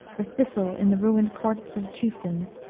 the thistle in the ruined courts of chieftains,